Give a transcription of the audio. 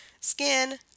Skin